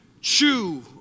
chew